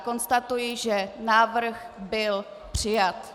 Konstatuji, že návrh byl přijat.